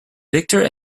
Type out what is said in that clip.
victor